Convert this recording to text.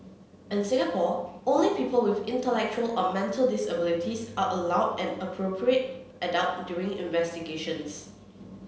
in Singapore only people with intellectual or mental disabilities are allowed an appropriate adult during investigations